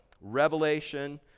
revelation